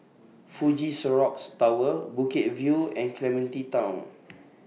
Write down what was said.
Fuji Xerox Tower Bukit View and Clementi Town